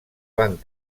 van